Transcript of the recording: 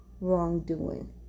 wrongdoing